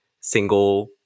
single